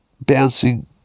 bouncing